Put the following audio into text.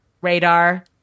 radar